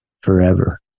forever